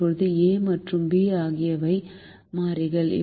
இப்போது a மற்றும் b ஆகியவை மாறிகள்